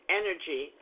energy